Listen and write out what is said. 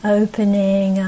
opening